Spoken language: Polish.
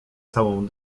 całą